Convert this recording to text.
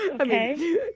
Okay